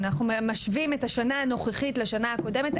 אנחנו משווים את השנה הנוכחית לשנה שקודמת,